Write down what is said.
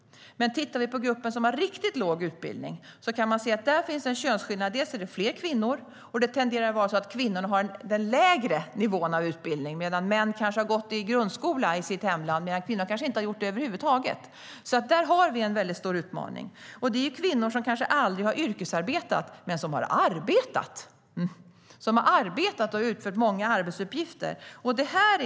Men om man tittar på gruppen som har riktigt låg utbildning ser man att det finns en könsskillnad där. Kvinnorna är fler och tenderar att ha lägre utbildningsnivå. Männen har kanske gått i grundskola i sitt hemland medan kvinnorna kanske inte har gått i skolan över huvud taget. Där har vi en väldigt stor utmaning. Det är kvinnor som kanske aldrig har yrkesarbetat men som har arbetat och utfört många arbetsuppgifter.